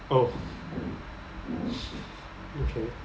oh okay